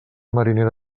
mariner